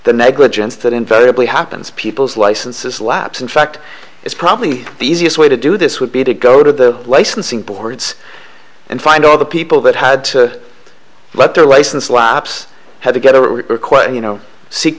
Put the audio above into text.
the negligence that invariably happens peoples licenses lapse in fact it's probably the easiest way to do this would be to go to the licensing boards and find all the people that had to let their license lapse had to get a request you know seek